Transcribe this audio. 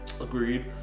agreed